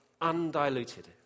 undiluted